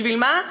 בשביל מה?